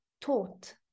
taught